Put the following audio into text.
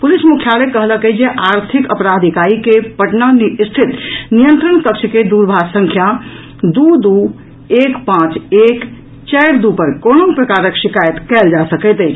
police मुख्यालय कहलक अछि जे आर्थिक अपराध इकाई के पटना स्थित नियंत्रण कक्ष के दूरभाष संख्या दू दू एक पांच एक चारि दू पर कोनहू प्रकारक शिकायत कयल जा सकैत अछि